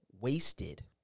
wasted